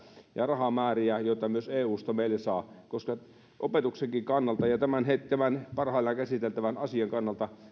ja rahamääriä joita myös eusta meille saa opetuksenkin kannalta ja tämän parhaillaan käsiteltävän asian kannalta